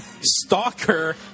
Stalker